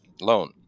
loan